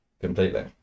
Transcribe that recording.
Completely